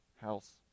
house